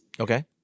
Okay